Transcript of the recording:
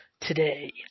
today